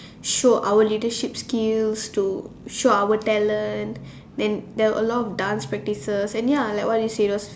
show our leadership skills to show our talent then there were a lot of dance practices and ya like what you say was